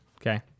Okay